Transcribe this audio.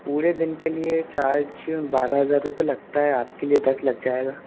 पूरे दिन के लिए चार्ज बारह हज़ार रुपए लगता हैं आपके लिए दस लग जाएगा